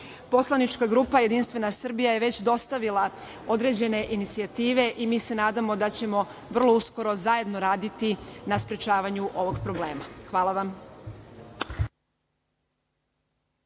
društvu. Poslanička grupa Jedinstvena Srbija je već dostavila određene inicijative i mi se nadamo da ćemo vrlo uskoro zajedno raditi na sprečavanju ovog problema. Hvala.